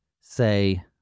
say—